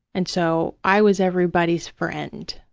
and so i was everybody's friend.